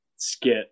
Skit